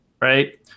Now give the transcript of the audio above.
right